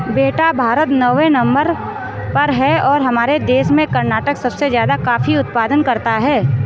बेटा भारत नौवें नंबर पर है और हमारे देश में कर्नाटक सबसे ज्यादा कॉफी उत्पादन करता है